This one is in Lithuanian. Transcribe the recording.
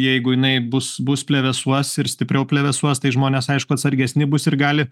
jeigu jinai bus bus plevėsuos ir stipriau plevėsuos tai žmonės aišku atsargesni bus ir gali